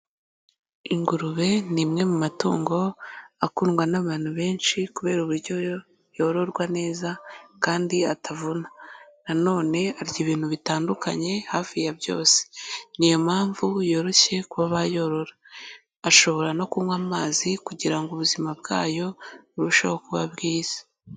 Ingurube ni imwe mu matungo akundwa n'abantu benshi kubera uburyo yororwa neza kandi atavuna nanone arya ibintu bitandukanye hafi ya byose, ni iyo mpamvu yoroshye kuba bayorora, ashobora no kunywa amazi kugira ngo ubuzima bwayo burusheho kuba bwiza.